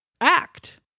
act